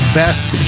best